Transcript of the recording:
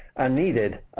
and needed,